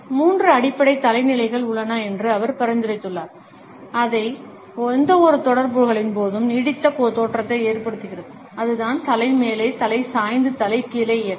மூன்று அடிப்படை தலை நிலைகள் உள்ளன என்று அவர் பரிந்துரைத்துள்ளார் அவை எந்தவொரு தொடர்புகளின் போதும் நீடித்த தோற்றத்தை ஏற்படுத்துகின்றன அதுதான் தலை மேலே தலை சாய்ந்து தலை கீழே இயக்கம்